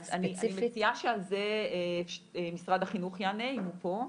אז אני מציעה שעל זה משרד החינוך יענה אם הוא פה,